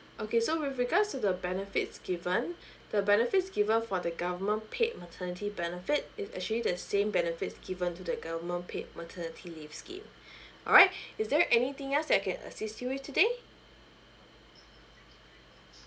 okay so with regards to the benefits given the benefits given for the government paid maternity benefit is actually the same benefits given to the government paid maternity leave scheme alright is there anything else that I can assist you with today